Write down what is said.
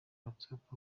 whatsapp